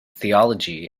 theology